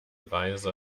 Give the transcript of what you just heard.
reise